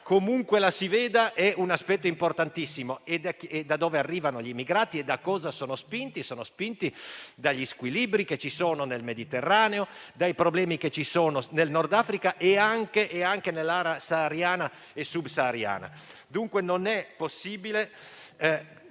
Comunque la si veda, è un aspetto importantissimo. Da dove arrivano gli immigrati e da cosa sono spinti? Sono spinti dagli squilibri presenti nel Mediterraneo e dai problemi nel Nord Africa e anche nell'area sahariana e subsahariana. Dunque, non è possibile